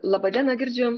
laba diena girdžiu